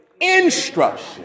instruction